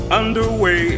underway